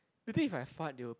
you think if I fart they will